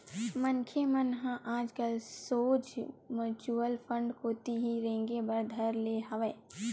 मनखे मन ह आजकल सोझ म्युचुअल फंड कोती ही रेंगे बर धर ले हवय